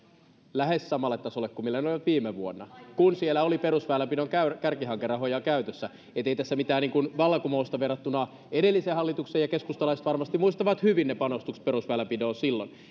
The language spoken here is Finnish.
lähes samalle tasolle kuin millä ne olivat viime vuonna kun siellä oli perusväylänpidon kärkihankerahoja käytössä niin että ei ole tässä mitään niin kuin vallankumousta verrattuna edelliseen hallitukseen ja keskustalaiset varmasti muistavat hyvin ne panostukset perusväylänpitoon silloin